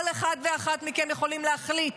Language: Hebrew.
כל אחד ואחת מכם יכולים להחליט